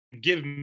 give